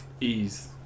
ease